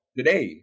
today